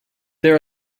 there